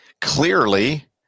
clearly